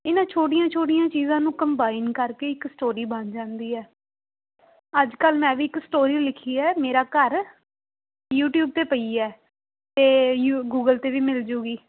ਇਹਨਾਂ ਛੋਟੀਆਂ ਛੋਟੀਆਂ ਚੀਜ਼ਾਂ ਨੂੰ ਕੰਬਾਈਨ ਕਰਕੇ ਇੱਕ ਸਟੋਰੀ ਬਣ ਜਾਂਦੀ ਆ ਅੱਜ ਕੱਲ੍ਹ ਮੈਂ ਵੀ ਇੱਕ ਸਟੋਰੀ ਓ ਲਿਖੀ ਹੈ ਮੇਰਾ ਘਰ ਯੂਟੀਊਬ 'ਤੇ ਪਈ ਹੈ ਅਤੇ ਯੂ ਗੂਗਲ 'ਤੇ ਵੀ ਮਿਲ ਜੂਗੀ